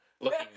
looking